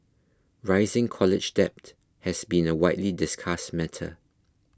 rising college debt has been a widely discussed matter